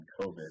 COVID